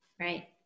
right